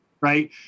right